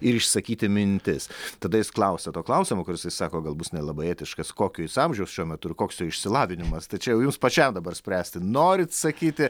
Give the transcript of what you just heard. ir išsakyti mintis tada jis klausia to klausimo kur jisai sako gal bus nelabai etiškas kokio jis amžiaus šiuo metu ir koks jo išsilavinimas tai čia jau jums pačiam dabar spręsti norit sakyti